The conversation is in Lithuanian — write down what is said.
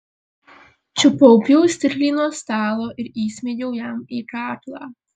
čiupau pjaustiklį nuo stalo ir įsmeigiau jam į kaklą